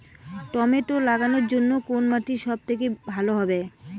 Tomato লাগানোর জন্যে কোন মাটি সব থেকে ভালো হবে?